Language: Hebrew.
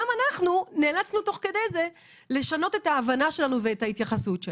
גם אנחנו נאלצנו תוך כדי זה לשנות את ההבנה שלנו ואת ההתייחסות שלנו.